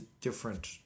different